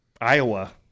Iowa